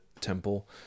temple